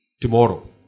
tomorrow